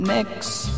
Next